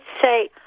say